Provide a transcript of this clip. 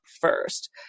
first